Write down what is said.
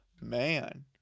Man